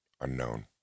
Unknown